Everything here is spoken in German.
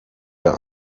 der